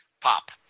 pop